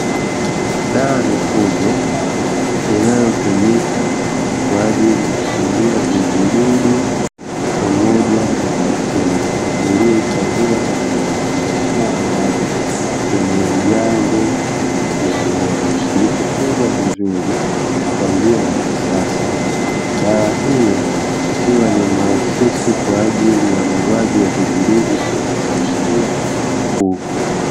Dawa ya mifugo inayotumika kwaajili ya kuulia vijidudu pamoja na wadudu ikiwa imefungwa vizuri kwaajili ya vijidudu vinavyoshambulia mazao